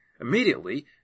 Immediately